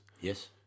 Yes